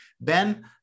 Ben